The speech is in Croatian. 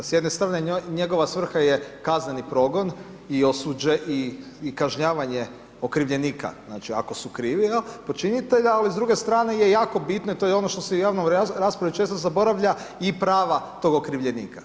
S jedne strane njegova svrha je kazneni progon i kažnjavanje okrivljenika, znači, ako su okrivio počinitelja, ali s druge strane je jako bitno, to je ono što se i u javnoj raspravi često zaboravlja, i prava toga okrivljenika.